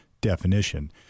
definition